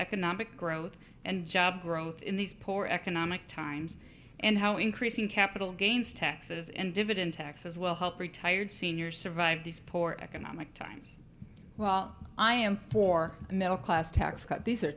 economic growth and job growth in these poor economic times and how increasing capital gains taxes and dividend taxes will help retired senior survive these poor economic times well i am for a middle class tax cut these are